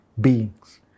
beings